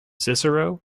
cicero